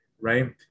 Right